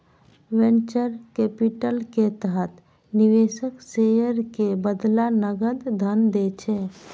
venture capital के तहत निवेशक शेयर के बदला नकद धन दै छै